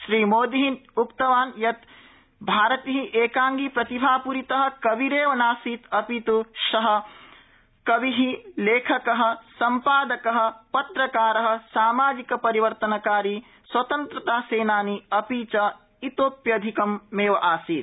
श्रीमोदीः उक्तवान् यत् श्रीभारतीः एकांगी प्रतिभापूरितः कविरेव नासीत् अपित् सः कविः लेखकः सम्पादकः पत्रकारः सामाजिक परिवर्तनकारी स्वतन्त्रतासेनानी अपि च इत्योत्यधिक मेवासीत्